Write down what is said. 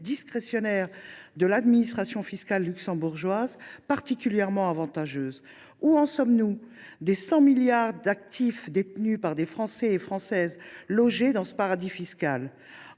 discrétionnaires de l’administration fiscale luxembourgeoise particulièrement avantageuses ? Où en sommes nous des 100 milliards d’actifs de Français et Françaises logés dans ce paradis fiscal ?